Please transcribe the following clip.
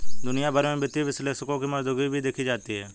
दुनिया भर में वित्तीय विश्लेषकों की मौजूदगी भी देखी जाती है